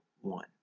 one